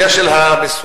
המיסוי.